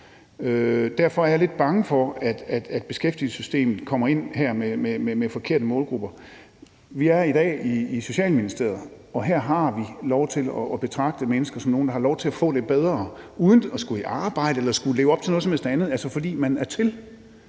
Derfor er jeg lidt bange for, at beskæftigelsessystemet kommer ind i det her med forkerte målgrupper. Vi taler i dag om Socialministeriet, og her har vi lov til at betragte mennesker som nogle, der har lov til at få det bedre uden at skulle i arbejde eller leve op til noget som helst andet, men fordi de er til.